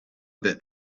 bit